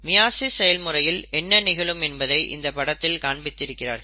meiosis செயல்முறையில் என்ன நிகழும் என்பதை இந்த படத்தில் காண்பித்திருக்கிறார்கள்